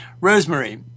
Rosemary